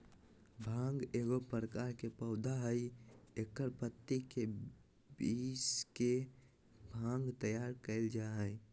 भांग एगो प्रकार के पौधा हइ एकर पत्ति के पीस के भांग तैयार कइल जा हइ